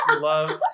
love